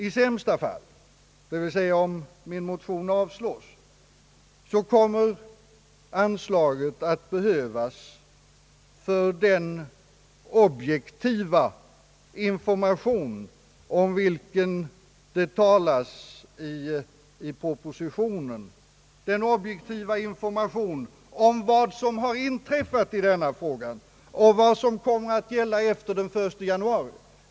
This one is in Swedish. I sämsta fall — dvs. om min motion avslås — så kommer anslaget att behövas för den objektiva information om vilken det talas i propositionen, en objektiv information om vad som har inträffat i denna fråga och vad som kommer att gälla efter den 1 januari.